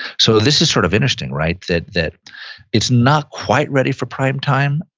so this is sort of interesting, right? that that it's not quite ready for primetime,